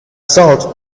salt